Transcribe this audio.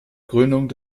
gründung